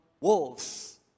wolves